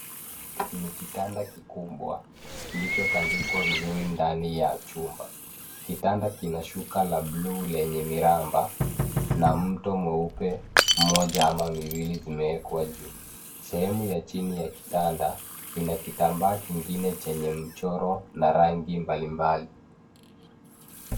Ni kitanda kikubwa kilichotandikwa vizuri ndani ya chumba. Kitanda kina shuka la buluu lenye miramba na mto mweupe mmoja ama miwili zimewekwa juu. Sehemu ya chini ya kitanda ina kitambaa kingine chenye michoro na rangi mbalimbali.